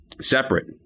separate